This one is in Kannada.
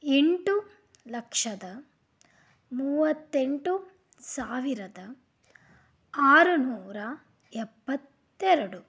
ಎಂಟು ಲಕ್ಷದ ಮೂವತ್ತೆಂಟು ಸಾವಿರದ ಆರುನೂರ ಎಪ್ಪತ್ತೆರಡು